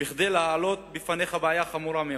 כדי להעלות בפניך בעיה חמורה מאוד,